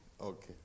Okay